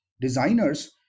designers